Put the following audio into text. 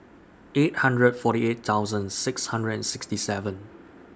eight hundred forty eight thousand six hundred and sixty seven